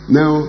now